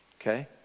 Okay